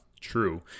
true